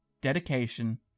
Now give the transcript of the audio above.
dedication